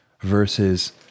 versus